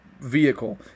vehicle